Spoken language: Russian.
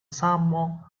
само